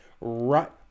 Right